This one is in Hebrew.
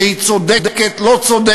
שהיא צודקת או לא צודקת,